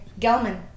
Gelman